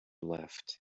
left